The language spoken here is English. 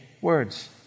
words